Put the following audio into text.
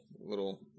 little